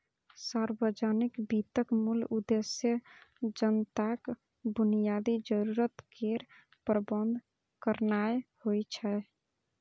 सार्वजनिक वित्तक मूल उद्देश्य जनताक बुनियादी जरूरत केर प्रबंध करनाय होइ छै